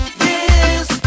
yes